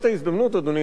אדוני היושב-ראש,